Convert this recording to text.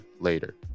LATER